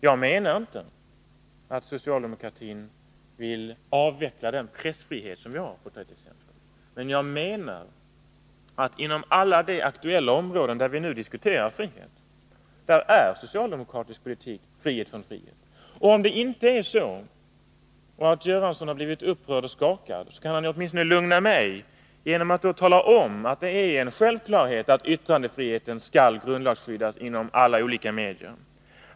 Jag menar inte att 135 socialdemokratin vill avveckla den pressfrihet vi har, för att ta ett exempel. Men jag menar att inom alla de aktuella områden där vi nu diskuterar frihet, innebär socialdemokratisk politik frihet från frihet. Och om det inte är så och Bengt Göransson har blivit upprörd och skakad, så kan han åtminstone lugna mig genom att tala om att det är en självklarhet att yttrandefriheten skall grundlagsskyddas inom alla olika medier.